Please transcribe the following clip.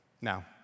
now